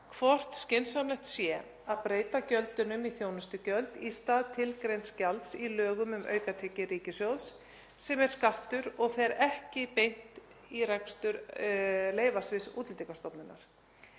hvort skynsamlegt sé að breyta gjöldunum í þjónustugjöld í stað tilgreinds gjalds í lögum um aukatekjur ríkissjóðs sem er skattur og fer ekki beint í rekstur leyfasviðs Útlendingastofnunar.